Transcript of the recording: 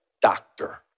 doctor